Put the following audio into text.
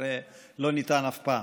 כנראה לא ניתן אף פעם.